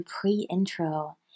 pre-intro